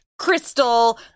crystal